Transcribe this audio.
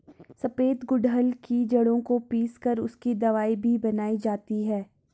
सफेद गुड़हल की जड़ों को पीस कर उसकी दवाई भी बनाई जाती है